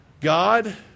God